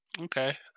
Okay